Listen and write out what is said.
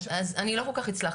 אז אני לא כל כך הצלחתי,